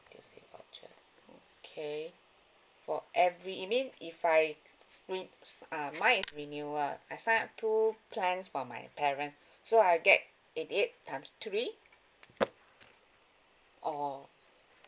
N_T_U_C voucher okay for every you mean if I uh mine is renewal I sign up two plans for my parents so I'll get eighty eight times three orh